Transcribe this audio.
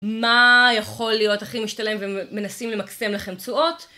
מה יכול להיות הכי משתלם ומנסים למקסם לכם תשואות?